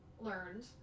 learned